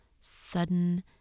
Sudden